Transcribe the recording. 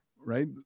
right